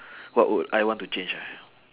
what would I want to change ah